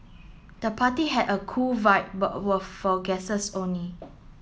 the party had a cool vibe but were for guests only